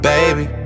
Baby